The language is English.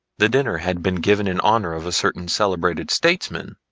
the dinner had been given in honor of a certain celebrated statesman,